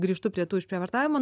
grįžtu prie tų išprievartavimo